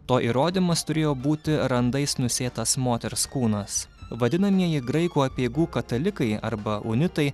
to įrodymas turėjo būti randais nusėtas moters kūnas vadinamieji graikų apeigų katalikai arba unitai